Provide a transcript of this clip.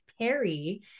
Perry